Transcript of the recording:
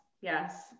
Yes